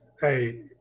Hey